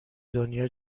دنیا